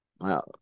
Wow